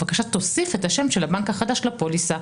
תוסיף בבקשה את השם של הבנק החדש לפוליסה,